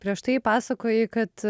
prieš tai pasakojai kad